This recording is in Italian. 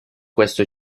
questo